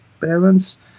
parents